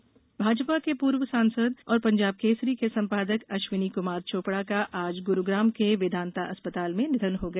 निधन भाजपा के पूर्व सांसद और पंजाब केसरी के संपादक अश्विनी क्मार चोपड़ा का आज गुरूग्राम के वेदांता अस्पताल में निधन हो गया